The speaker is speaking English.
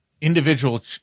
individual